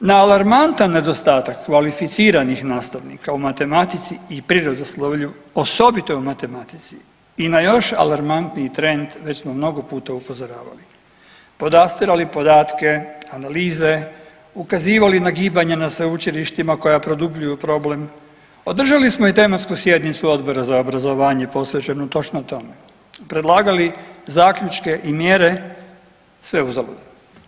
Na alarmantan nedostatak kvalificiranih nastavnika u matematici i prirodoslovlju, osobito u matematici i na još alarmantniji trend već smo mnogo puta upozoravali, podastirali podatke, analize, ukazivali na gibanja na sveučilištima koja produbljuju problem, održali smo i tematsku sjednicu Odbora za obrazovanje posvećenu točno tome, predlagali zaključke i mjere sve uzaludno.